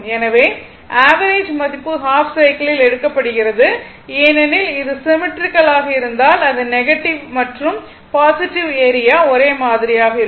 எனவே ஆவரேஜ் மதிப்பு ஹாஃப் சைக்கிளில் எடுக்கப்படுகிறது ஏனெனில் இது சிம்மெட்ரிக்கல் ஆக இருந்தால் அது நெகட்டிவ் மற்றும் பாசிட்டிவ் ஏரியா ஒரே மாதிரியாக இருக்கும்